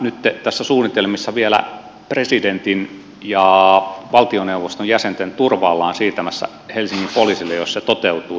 nyt näissä suunnitelmissa vielä presidentin ja valtioneuvoston jäsenten turva ollaan siirtämässä helsingin poliisille jos se toteutuu